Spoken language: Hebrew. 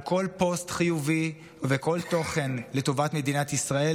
על כל פוסט חיובי ועל כל תוכן לטובת מדינת ישראל